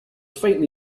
faintly